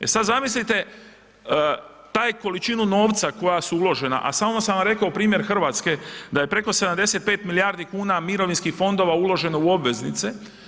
E sada zamislite tu količinu novca koja je uložena, a samo sam vam rekao primjer Hrvatske da je preko 75 milijardi kuna mirovinskih fondova uloženo u obveznice.